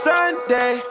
Sunday